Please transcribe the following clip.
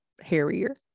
hairier